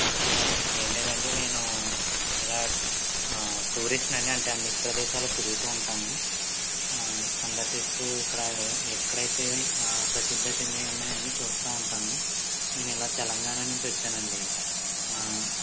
ఏం లేదండి నేను ఇలా టూరిస్ట్ ని అండి అంటే అన్ని ప్రదేశాలు తిరుగుతూ ఉంటాను సందర్శిస్తూ ఇక్కడ ఎక్కడైతే ప్రసిద్ధి చెందినవి ఉన్నాయో అన్ని చూస్తూ ఉంటాను నేను ఇలా తెలంగాణ నుంచి వచ్చానండి మా